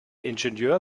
ingenieur